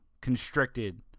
constricted